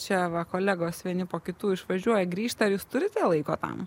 čia va kolegos vieni po kitų išvažiuoja grįžta ar jūs turite laiko tam